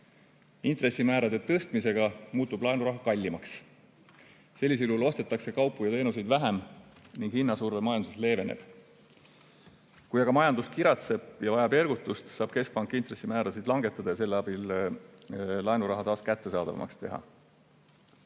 Intressimäärade tõstmisega muutub laenuraha kallimaks. Sellisel juhul ostetakse kaupu ja teenuseid vähem ning hinnasurve majandusele leeveneb. Kui aga majandus kiratseb ja vajab ergutust, saab keskpank intressimäärasid langetada ja selle abil laenuraha taas kättesaadavamaks